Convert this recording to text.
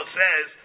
says